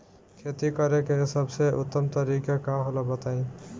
खेती करे के सबसे उत्तम तरीका का होला बताई?